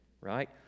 right